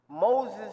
Moses